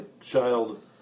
child